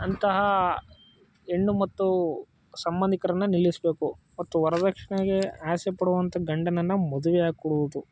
ಅಂತಹ ಹೆಣ್ಣು ಮತ್ತು ಸಂಬಂಧಿಕರನ್ನು ನಿಲ್ಲಿಸಬೇಕು ಮತ್ತು ವರ್ದಕ್ಷಿಣೆಗೆ ಆಸೆ ಪಡುವಂಥ ಗಂಡನನ್ನು ಮದುವೆ ಆಗಕೂಡುವುದು